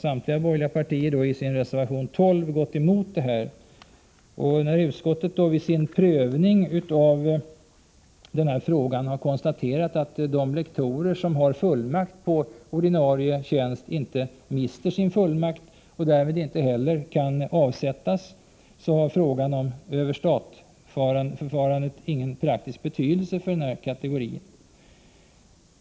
Samtliga borgerliga partier har i sin reservation 12 gått emot detta. Då utskottet vid sin prövning av frågan konstaterat att de lektorer som har fullmakt på ordinarie tjänst inte mister sin fullmakt och därmed inte heller kan avsättas, har frågan om överstatförfarandet ingen praktisk betydelse för denna kategori.